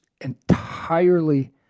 entirely